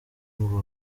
ngo